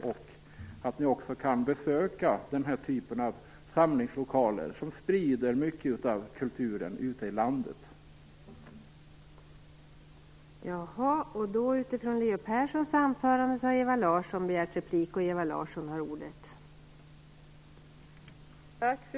Jag hoppas att ni också kan besöka den här typen av samlingslokaler, där mycket av kulturen ute i landet sprids.